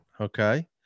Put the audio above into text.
Okay